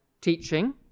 teaching